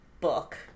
book